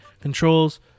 controls